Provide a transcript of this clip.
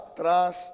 tras